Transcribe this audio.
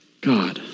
God